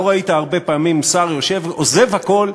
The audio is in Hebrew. לא ראית הרבה פעמים שר עוזב הכול,